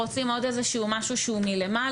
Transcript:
רוצים עוד משהו שהוא מלמעלה,